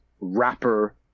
rapper